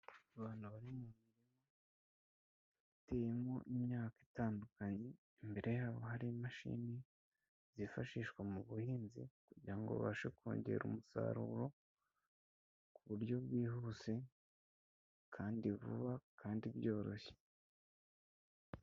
Abantu bari mu murima uteyemo imyaka itandukanye, imbere yabo hari imashini zifashishwa mu buhinzi kugira babashe kongera umusaruro, ku buryo bwihuse kandi vuba kandi byoroshye.